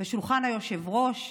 בשולחן היושב-ראש,